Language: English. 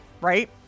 right